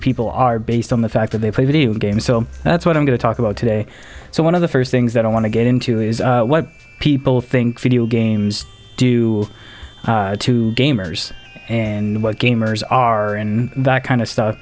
are based on the fact that they play video games so that's what i'm going to talk about today so one of the first things that i want to get into is what people think video games do to gamers and what gamers are and that kind of stuff